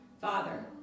Father